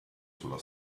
sulla